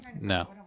No